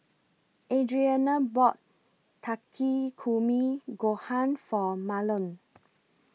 Adriana bought Takikomi Gohan For Mahlon